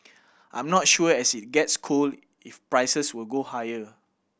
I'm not sure as it gets cold if prices will go higher